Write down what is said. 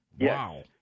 Wow